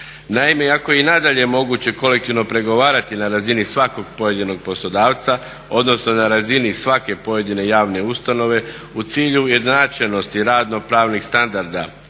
Naime, ako je i nadalje moguće kolektivno pregovarati na razini svakog pojedinog poslodavca, odnosno na razini svake pojedine javne ustanove u cilju ujednačenosti radnopravnih standarda